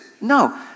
No